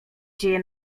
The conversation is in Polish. dzieje